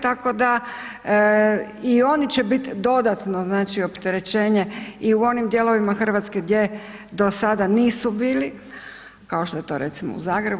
Tako da i oni će biti dodatno znači opterećenje i u onim dijelovima Hrvatske gdje do sada nisu bili kao što je to recimo u Zagrebu.